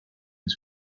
mis